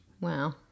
Wow